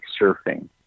surfing